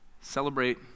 Celebrate